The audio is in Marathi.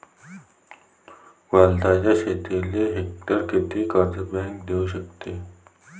वलताच्या शेतीले हेक्टरी किती कर्ज बँक देऊ शकते?